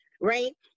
right